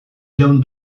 iraun